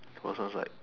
the person's like